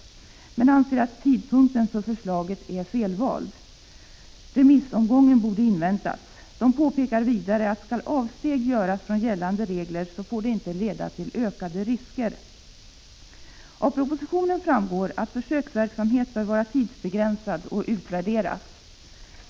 Motionärerna anser emellertid att tidpunkten för förslaget är fel vald och att remissomgången borde inväntats. De påpekar vidare att om avsteg skall göras från gällande regler, får det inte leda till ökade risker. Av propositionen framgår att försöksverksamheten bör vara tidsbegränsad och utvärderas.